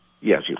Yes